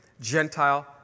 Gentile